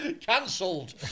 Cancelled